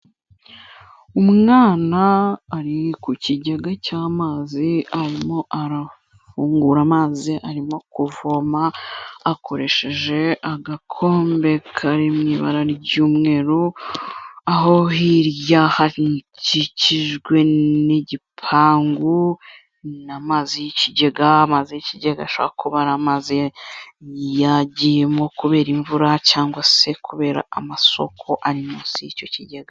Umwana ari ku kigega cy'amazi arimo arafungura amazi arimo kuvoma akoresheje agakombe kari mu ibara ry'umweru aho hirya hakikijwe n'igipangu n'amazi y'ikigega, amazi y'ikigega ashobora kuba ari amazi yagiyemo kubera imvura cyangwa se kubera amasoko ari munsi y'icyo kigega.